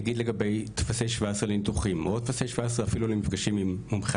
לגבי טפסי 17 לניתוחים או טפסי 17 אפילו למפגשים עם מומחי